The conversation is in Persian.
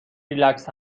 ریلکس